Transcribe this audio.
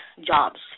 jobs